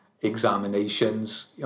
examinations